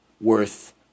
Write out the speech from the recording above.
worth